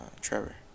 Trevor